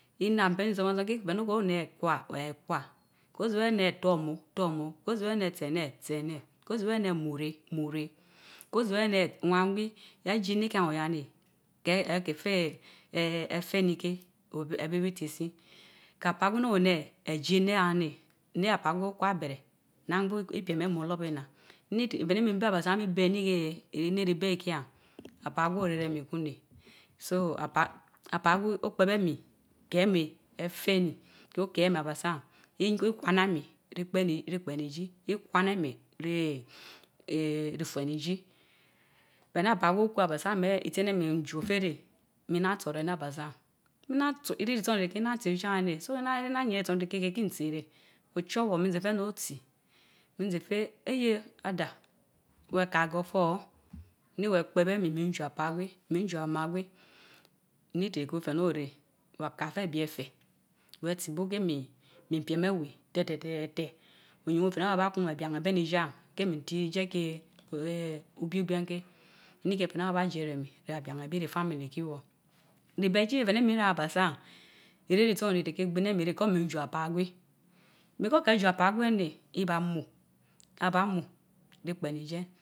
Nna ben nso nso ke pén ko ruun ane kwa weé kusm ko ze weé aneé tormo, tormo, ko ze wee aneé tsi ené ti ene, ko ze weé aneé mure muré, ko ze we ane oman gwia jie ini ken orian nee, he akefe een afeenike, abi ki isi, ka apaa gwen ipiem em Oran ane elie ine yen ne, ne qui omon a bere, nna bun Olabor bu ina miferite, feni mi bé abasan bi be ineye ini ribe iki yen, apaa gus, ore re mi kun ne so apaa gai opeb ami, ke emi afeni ko one emi abasan ikwan ami ripen edi, Ikwan emi rifuen eji. Fene apaa gei οκwé abasan meé nti ané mijo fé ré, nna tso de ne aba san? nna tso, irintoo riterite ke nna tso rijeyen ne sona ire innan yere Mitso rite rike ke hin tsi re. Ochouwor mize fee and otsi, na Fe angi otsi nze fe ayeeh! Adaa, wa ka agotor oo wa péb ami, mi do apaa gwi mi jo amaa gwi nni iterite ko feno a bie efer kde tsi buken xe voa ka Fe mipiem eve te te tee te oju te ne abian eben i Jean. kami a ba t ti ele ke One ce obi egwen ke. inika fe ne aba jie ne mi re abian ebi re family ki woor. Ribeti Fe ne mi re abasan, Ire itsan lite tre igbine mi re because mi to apaa gui because ke a jo apaa gwen re, iba mu abaamu ri pen ijen.